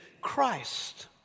Christ